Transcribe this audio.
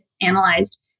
analyzed